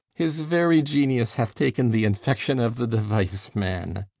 his very genius hath taken the infection of the device, man.